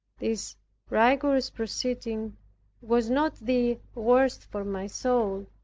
this rigorous proceeding was not the worst for my soul,